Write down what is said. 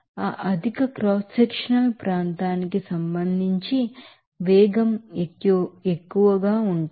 ఆ అధిక cross sectional ప్రాంతానికి సంబంధించి వేగం ఎక్కువగా ఉంటుంది